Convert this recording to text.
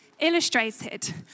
illustrated